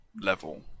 level